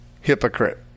hypocrite